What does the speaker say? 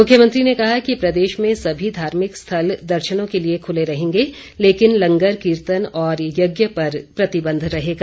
मुख्यमंत्री ने कहा कि प्रदेश में सभी धार्मिक स्थल दर्शनों के लिए खुले रहेंगे लेकिन लंगर कीर्तन और यज्ञ पर प्रतिबंध रहेगा